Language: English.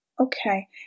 Okay